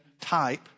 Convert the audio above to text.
type